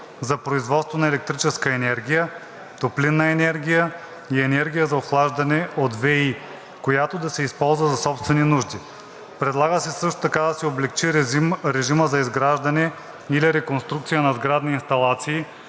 за производство на електрическа енергия, топлинна енергия или енергия за охлаждане от ВЕИ, която да се използва за собствени нужди. Предлага се също така да се облекчи режимът за изграждане или реконструкция на сградни инсталации